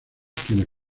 quienes